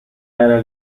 era